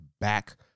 back